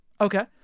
Okay